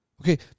Okay